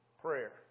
Prayer